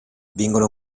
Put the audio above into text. vengono